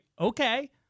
Okay